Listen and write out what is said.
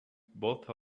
both